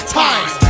times